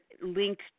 linked